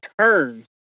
turns